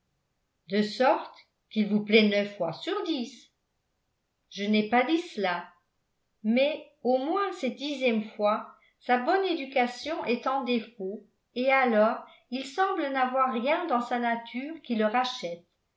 de sorte qu'il vous plaît neuf fois sur dix je n'ai pas dit cela mais au moins cette dixième fois sa bonne éducation est en défaut et alors il semble n'avoir rien dans sa nature qui le rachète